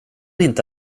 inte